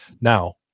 Now